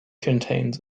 contains